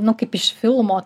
nu kaip iš filmo